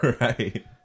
Right